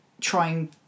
trying